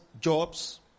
jobs